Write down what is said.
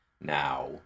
now